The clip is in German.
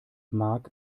mark